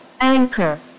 Anchor